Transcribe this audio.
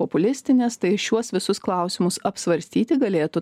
populistinės tai šiuos visus klausimus apsvarstyti galėtų